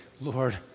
Lord